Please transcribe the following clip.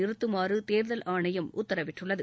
நிறுத்துமாறு தேர்தல் ஆணையம் உத்தரவிட்டுள்ளது